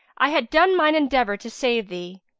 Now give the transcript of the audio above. i had done mine endeavour to save thee.